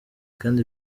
kandi